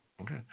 Okay